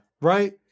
Right